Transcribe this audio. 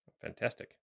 Fantastic